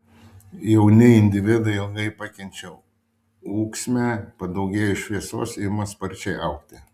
jauni individai ilgai pakenčia ūksmę padaugėjus šviesos ima sparčiai augti